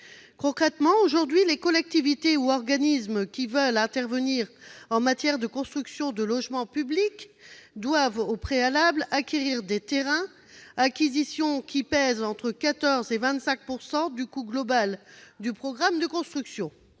Concrètement, aujourd'hui, les collectivités ou organismes qui veulent intervenir en matière de construction de logements publics doivent au préalable acquérir des terrains, acquisition qui pèse entre 14 % et 25 % du coût global du programme de construction.